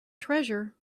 treasure